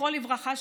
זכרו לברכה,